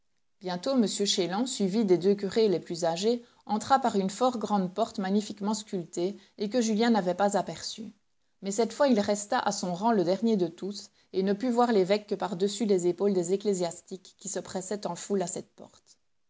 bientôt m chélan suivi des deux curés les plus âgés entra par une fort grande porte magnifiquement sculptée et que julien n'avait pas aperçue mais cette fois il resta à son rang le dernier de tous et ne put voir l'évêque que par-dessus les épaules des ecclésiastiques qui se pressaient en foule à cette porte